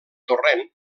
torrent